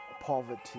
poverty